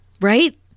right